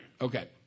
Okay